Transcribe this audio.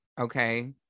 Okay